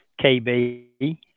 KB